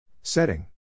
Setting